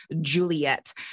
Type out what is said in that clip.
Juliet